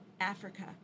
Africa